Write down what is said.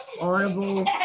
Audible